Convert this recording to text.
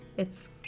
It's